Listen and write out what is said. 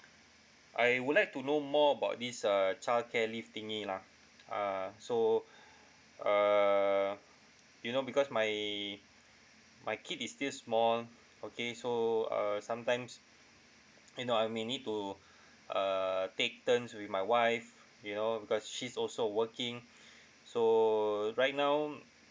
I would like to know more about this uh childcare leave thingy lah uh so err you know because my my kid is still small okay so err sometimes you know I may need to err take turns with my wife you know because she's also working so right now